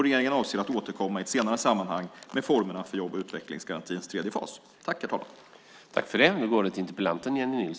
Regeringen avser att återkomma i ett senare sammanhang med formerna för jobb och utvecklingsgarantins tredje fas.